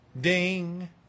ding